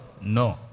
No